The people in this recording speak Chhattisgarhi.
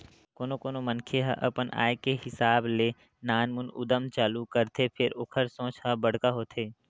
कोनो कोनो मनखे ह अपन आय के हिसाब ले नानमुन उद्यम चालू करथे फेर ओखर सोच ह बड़का होथे